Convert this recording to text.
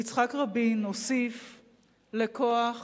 ויצחק רבין הוסיף לכוח,